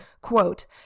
Quote